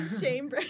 shame